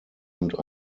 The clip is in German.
und